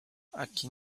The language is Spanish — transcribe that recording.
aquí